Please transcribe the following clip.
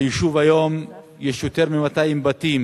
ביישוב היום יש יותר מ-200 בתים